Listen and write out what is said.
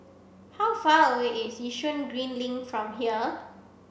how far away is Yishun Green Link from here